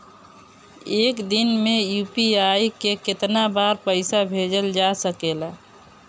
एक दिन में यू.पी.आई से केतना बार पइसा भेजल जा सकेला?